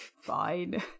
fine